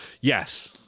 Yes